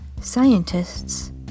Scientists